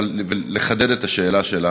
אבל לחדד את השאלה שלה